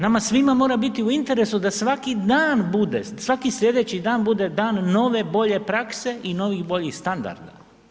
Nama svima mora biti u interesu da svaki dan bude, svaki sljedeći dan bude dan nove bolje prakse i novih boljih standarda.